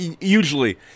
usually